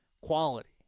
quality